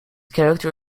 character